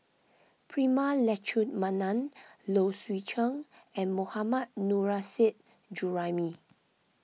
Prema Letchumanan Low Swee Chen and Mohammad Nurrasyid Juraimi